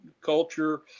culture